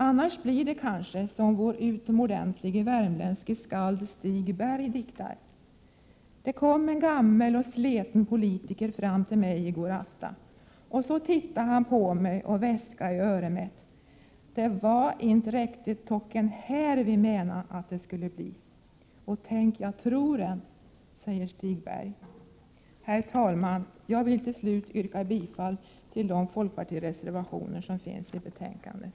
Annars blir det kanske som vår utomordentlige värmländske skald Stig Berg diktar: ”Dä kom en gammel å sleten politiker fram te mej i går afta. å så titta han på mej å veska i öre mett: dä va inte rektit tocken här vi mena att dä skulle bli Å tänk ja tror en” Herr talman, jag vill till slut yrka bifall till de folkpartireservationer som är fogade till betänkandet.